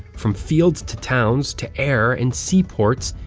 from fields to towns to air and sea ports,